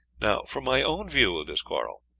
now for my own view of this quarrel.